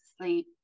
sleep